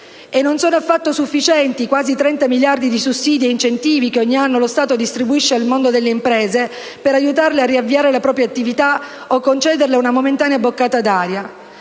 E non sono affatto sufficienti i quasi 30 miliardi di sussidi ed incentivi che ogni anno lo Stato distribuisce al mondo delle imprese per aiutarle a riavviare la propria attività o concedere ad esse una momentanea boccata d'aria.